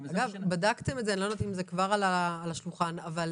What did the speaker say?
אני לא יודעת אם זה כבר על השולחן, אבל